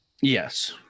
yes